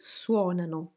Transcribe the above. suonano